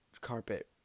carpet